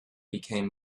became